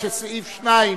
סעיף 2,